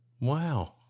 Wow